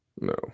no